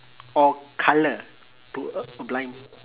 or colour to a blind